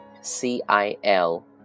C-I-L